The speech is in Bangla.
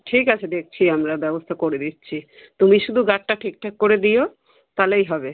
ঠিক আছে দেখছি আমরা ব্যবস্থা করে দিচ্ছি তুমি শুদু গার্ডটা ঠিকঠাক করে দিও তাহলেই হবে